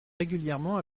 régulièrement